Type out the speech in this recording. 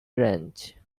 ranch